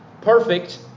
perfect